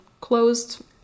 closed